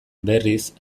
berriz